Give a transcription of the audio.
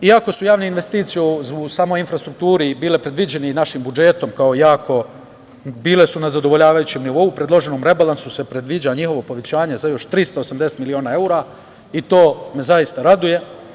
Iako su javne investicije u samoj infrastrukturi bile predviđene i našim budžetom, bile su na zadovoljavajućem nivou, predloženim rebalansom se predivđa njihovo povećanje za još 380 miliona evra i to me zaista raduje.